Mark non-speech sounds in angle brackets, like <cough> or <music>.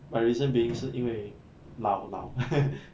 my reason being 是因为老老 <laughs>